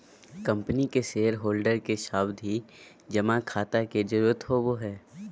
company के shareholder के सावधि जमा खाता के जरूरत होवो हय